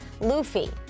Luffy